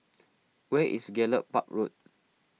where is Gallop Park Road